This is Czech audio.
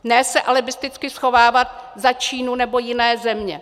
Ne se alibisticky schovávat za Čínu nebo jiné země.